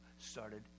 started